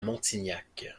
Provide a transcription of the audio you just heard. montignac